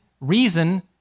reason